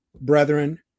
brethren